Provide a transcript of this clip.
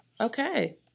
Okay